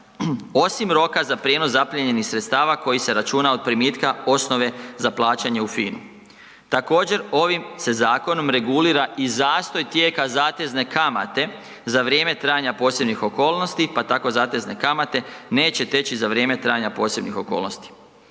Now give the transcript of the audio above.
osim roka za prijenos zaprimljenih sredstava koji se računa od primitka osnove za plaćanje u FINA-i. Također, ovim se zakonom regulira i zastoj tijeka zatezne kamate za vrijeme trajanja posebnih okolnosti pa tako zatezne kamate neće teći za vrijeme trajanja posebnih okolnost.